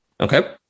Okay